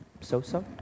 So-so